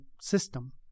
system